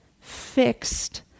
fixed